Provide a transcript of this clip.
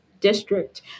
district